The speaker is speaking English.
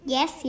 Yes